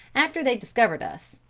after they discovered us,